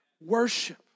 Worship